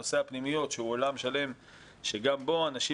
נושא הפנימיות שהוא עולם שלם שגם בו אנשים